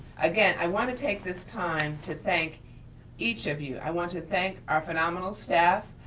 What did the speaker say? again, i wanna take this time to thank each of you. i want to thank our phenomenal staff,